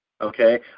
Okay